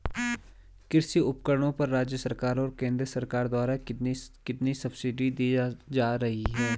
कृषि उपकरणों पर राज्य सरकार और केंद्र सरकार द्वारा कितनी कितनी सब्सिडी दी जा रही है?